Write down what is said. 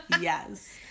yes